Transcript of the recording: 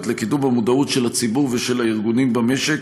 לקידום המודעות של הציבור ושל הארגונים במשק,